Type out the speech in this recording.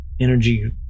energy